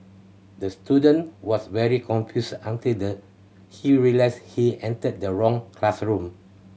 the student was very confused until the he realised he entered the wrong classroom